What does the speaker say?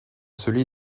celui